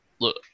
Look